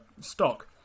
stock